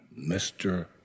Mr